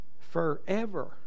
Forever